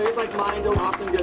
like mine don't often